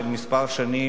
כמה שנים,